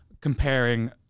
comparing